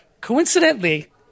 coincidentally